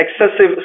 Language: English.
excessive